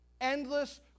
Endless